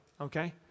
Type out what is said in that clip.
okay